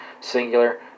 singular